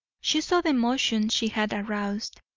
she saw the emotion she had aroused,